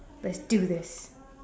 let's do this